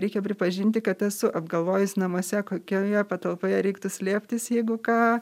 reikia pripažinti kad esu apgalvojęs namuose kokioje patalpoje reiktų slėptis jeigu ką